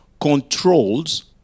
controls